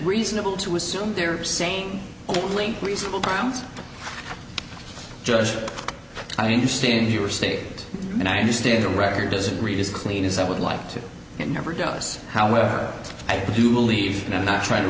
reasonable to assume they're saying only reasonable grounds judge i understand your state and i understand the record doesn't read as clean as i would like to and never does however i do believe and i'm not trying to